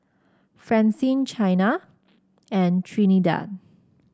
Francine Chyna and Trinidad